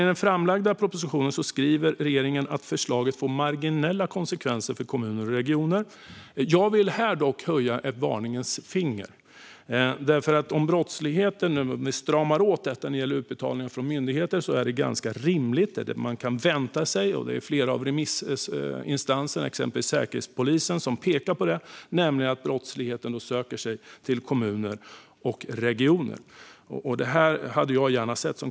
I den framlagda propositionen skriver regeringen att förslaget får marginella konsekvenser för kommuner och regioner. Jag vill dock höja ett varningens finger. Om vi nu stramar åt utbetalningarna från myndigheter är det nämligen ganska rimligt att vänta sig - vilket flera av remissinstanserna, till exempel Säkerhetspolisen, pekar på - att brottsligheten söker sig till kommuner och regioner.